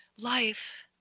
life